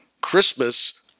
Christmas